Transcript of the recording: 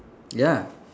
ya